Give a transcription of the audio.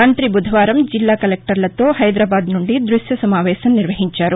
మంఁతి బుధవారం జిల్లా కలెక్టర్లతో హైదరాబాద్ నుండి దృశ్య సమావేశం నిర్వహించారు